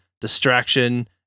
distraction